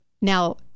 now